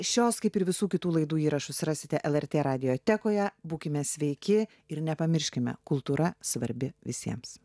šios kaip ir visų kitų laidų įrašus rasite lrtradiotekoje būkime sveiki ir nepamirškime kultūra svarbi visiems